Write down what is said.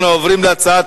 אנחנו עוברים להצעת